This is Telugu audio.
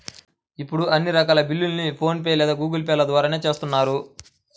ఇప్పుడు అన్ని రకాల బిల్లుల్ని ఫోన్ పే లేదా గూగుల్ పే ల ద్వారానే చేత్తన్నారు